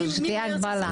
שתהיה הגבלה.